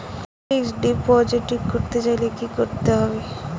Fixed deposit করতে চাইলে কি করতে হবে?